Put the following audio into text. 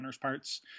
parts